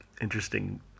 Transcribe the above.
interesting